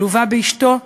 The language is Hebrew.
שלווה באשתו,